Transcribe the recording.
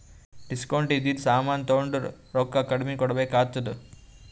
discount ಇದ್ದಿದು ಸಾಮಾನ್ ತೊಂಡುರ್ ರೊಕ್ಕಾ ಕಮ್ಮಿ ಕೊಡ್ಬೆಕ್ ಆತ್ತುದ್